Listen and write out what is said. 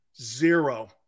zero